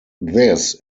this